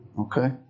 Okay